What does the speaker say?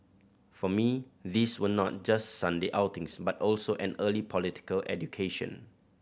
for me these were not just Sunday outings but also an early political education